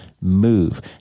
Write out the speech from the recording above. move